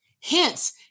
Hence